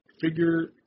figure